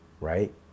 right